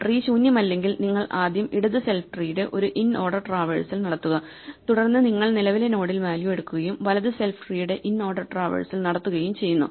tree ശൂന്യമല്ലെങ്കിൽ നിങ്ങൾ ആദ്യം ഇടത് സെൽഫ് ട്രീയുടെ ഒരു ഇൻഓർഡർ ട്രാവേഴ്സൽ നടത്തുക തുടർന്ന് നിങ്ങൾ നിലവിലെ നോഡിൽ വാല്യൂ എടുക്കുകയും വലത് സെൽഫ് ട്രീയുടെ ഇൻഓർഡർ ട്രാവേഴ്സൽ നടത്തുകയും ചെയ്യുന്നു